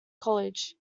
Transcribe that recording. college